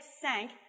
sank